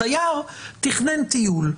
תייר תכנן טיול,